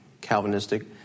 Calvinistic